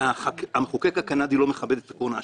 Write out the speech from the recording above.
שבית המשפט הקנדי לא מכבד את עקרון האשמה.